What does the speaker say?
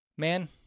Man